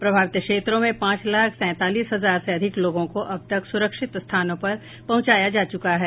प्रभावित क्षेत्रों से पांच लाख सैंतालीस हजार से अधिक लोगों को अब तक सुरक्षित स्थानों पर पहुंचाया जा चुका है